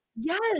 Yes